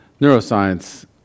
Neuroscience